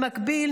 במקביל,